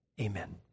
Amen